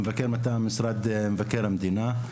המבקר מטעם משרד מבקר המדינה,